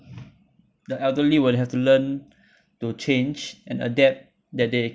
the elderly will have to learn to change and adapt that they